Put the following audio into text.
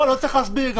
לא צריך להסביר.